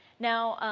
now,